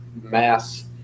mass